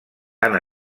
han